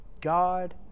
God